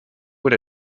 with